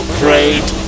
great